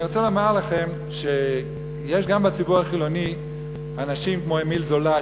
אני רוצה לומר לכם שיש גם בציבור החילוני אנשים כמו אמיל זולא,